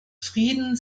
frieden